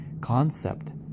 concept